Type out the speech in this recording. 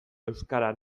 euskara